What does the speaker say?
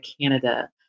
Canada